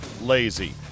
lazy